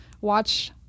watch